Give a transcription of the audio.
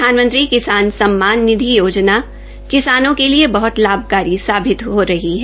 प्रधानमंत्री किसान सम्मान निधि योजना किसानों के लिए बहुत लाभकारी साबित हो रही है